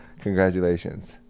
Congratulations